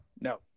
No